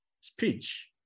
speech